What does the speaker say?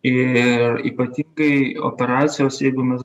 ir ypatingai operacijos jeigu mes